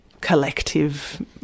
collective